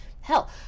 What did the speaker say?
Hell